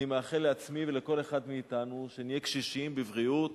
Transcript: אני מאחל לעצמי ולכל אחד מאתנו שנהיה קשישים בבריאות,